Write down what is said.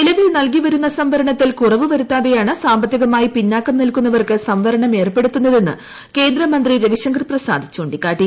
നിലവിൽ നൽകി വരുന്ന സംവരണത്തിൽ കുറവ് വരുത്താതെയാണ് സാമ്പത്തികമായി പിന്നാക്കം നിൽക്കുന്നവർക്ക് സംവരണം ഏർപ്പെടുത്തുന്നതെന്ന് കേന്ദ്രമന്ത്രി രവിശങ്കർ പ്രസാദ് ചൂണ്ടിക്കാട്ടി